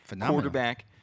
quarterback